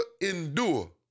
endure